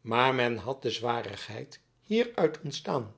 maar men had de zwarigheid hieruit ontstaan